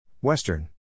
Western